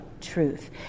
truth